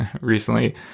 recently